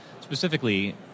Specifically